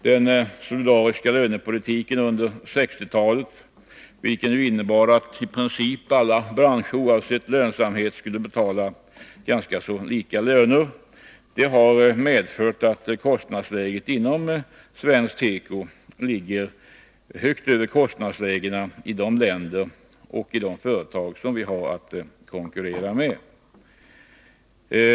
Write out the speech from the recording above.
Den solidariska lönepolitiken under 1960-talet, vilken innebar att i princip alla branscher oavsett lönsamhet skulle betala i stort sett lika löner, har medfört att kostnadsläget inom svensk teko ligger betydligt högre än kostnadsläget i de länder och de företag som vi har att konkurrera med.